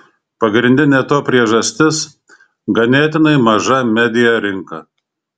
pagrindinė to priežastis ganėtinai maža media rinka